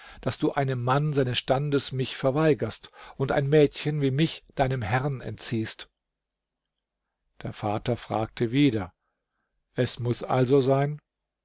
daß du einem mann seines standes mich verweigerst und ein mädchen wie mich deinem herrn entziehst der vater fragte wieder es muß also sein